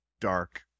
dark